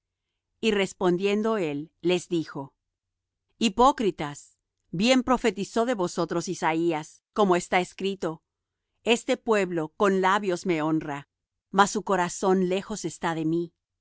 y respondiendo él les dijo hipócritas bien profetizó de vosotros isaías como está escrito este pueblo con los labios me honra mas su corazón lejos está de mí